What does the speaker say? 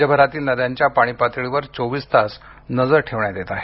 राज्यभरातील नद्यांच्या पाणीपातळीवर चोवीस तास नजर ठेवण्यात येत आहे